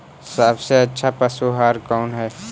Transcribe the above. सबसे अच्छा पशु आहार कौन है?